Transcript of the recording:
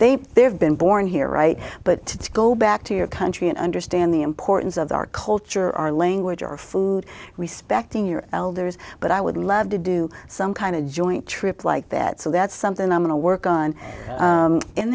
they they have been born here right but to go back to your country and understand the importance of our culture our language our food respecting your elders but i would love to do some kind of joint trip like that so that's something i'm going to work on